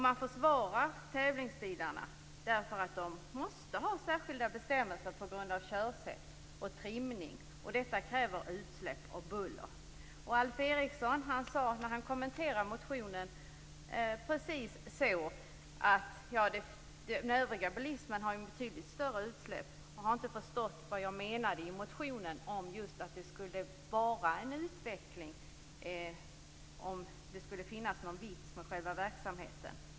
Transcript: Man försvarar tävlingsbilarna, därför att de måste omfattas av särskilda bestämmelser på grund av körsätt och trimning, som leder till utsläpp och buller. Alf Eriksson sade, när han kommenterade motionen, just att det är ett betydligt större utsläpp från den övriga bilismen. Han har inte förstått vad jag menade i motionen, att det just skall ske en utveckling om det skall vara någon vits med själva verksamheten.